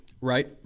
Right